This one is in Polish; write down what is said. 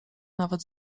nawet